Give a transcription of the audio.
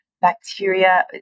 bacteria